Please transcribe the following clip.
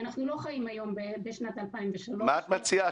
אנחנו לא חיים היום בשנת 2003. מה את מציעה,